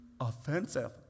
offensive